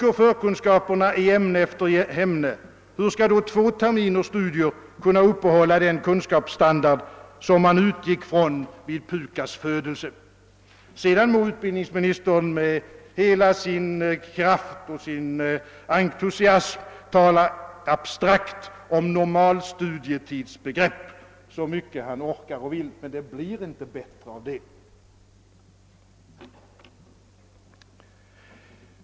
Om förkunskaperna sjunker i ämne efter ämne, hur skall då två terminers studier kunna uppehålla den kunskapsstandard som man utgick från vid Pukas” födelse? Sedan må utbildningsministern med all sin kraft och entusiasm tala abstrakt om normalstudietidsbegrepp så mycket han orkar och vill. Det blir inte bättre av det!